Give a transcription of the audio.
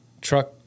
Truck